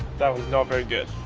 that was not very good